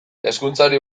hezkuntzari